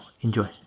Enjoy